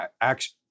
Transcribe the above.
action